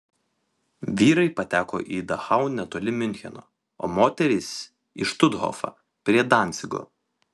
vyrai pateko į dachau netoli miuncheno o moterys į štuthofą prie dancigo